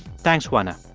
thanks, juana